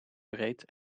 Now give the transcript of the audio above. breed